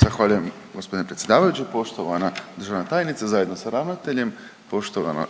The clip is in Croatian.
Zahvaljujem gospodine predsjedavajući. Poštovana državna tajnice zajedno sa ravnateljem, poštovana